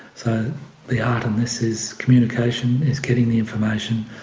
so the art in this is communication, is getting the information,